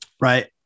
right